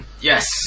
yes